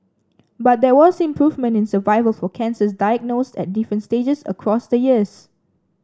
but there was improvement in survival for cancers diagnosed at different stages across the years